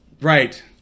Right